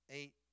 eight